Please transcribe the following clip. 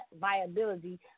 viability